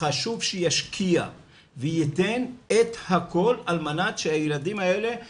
חשוב שישקיע וייתן את הכול על מנת שהמטפלות,